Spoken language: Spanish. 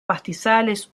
pastizales